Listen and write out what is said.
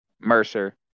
Mercer